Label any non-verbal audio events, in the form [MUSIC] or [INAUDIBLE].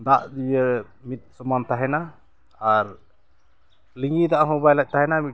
ᱫᱟᱜ ᱤᱭᱟᱹ ᱢᱤᱫ ᱥᱚᱢᱟᱱ ᱛᱟᱦᱮᱱᱟ ᱟᱨ ᱞᱤᱸᱜᱤ ᱫᱟᱜ ᱦᱚᱸ ᱵᱟᱭ [UNINTELLIGIBLE] ᱛᱟᱦᱮᱱᱟ